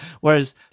whereas